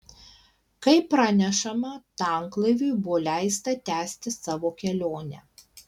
kaip pranešama tanklaiviui buvo leista tęsti savo kelionę